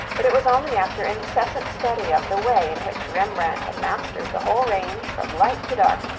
but it was only after incessant study of the way in which rembrandt had mastered the whole range from light to dark,